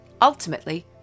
Ultimately